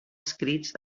escrits